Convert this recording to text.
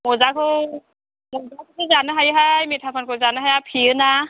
मजाखौ मजाखौसो जानो हायो हाय मिथा पानखौ जानो हाया फेयोना